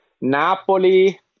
Napoli